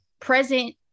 Present